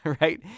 right